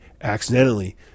accidentally